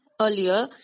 earlier